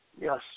Yes